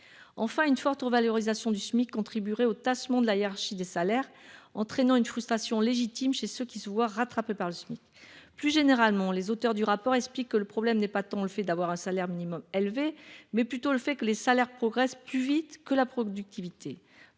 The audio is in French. Enfin, une forte revalorisation du Smic contribuerait au tassement de la hiérarchie des salaires, entraînant une frustration légitime chez ceux qui se voient rattrapés par le Smic. Plus généralement, les auteurs du rapport expliquent que le problème n'est pas tant le niveau élevé du salaire minimum que le fait que les salaires progressent plus vite que la productivité.